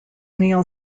neil